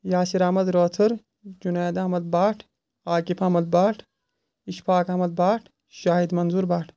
Yasir Ahmad Rather Junaid Ahmad Bhat Aqif Ahmad Bhat Ishfaq Ahmad Bhat Shahid Manzoor Bhat